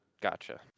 Gotcha